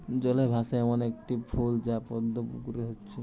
জলে ভাসে এ্যামন একটা ফুল হচ্ছে পদ্ম যেটা পুকুরে হচ্ছে